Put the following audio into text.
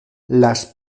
las